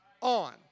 on